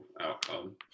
outcome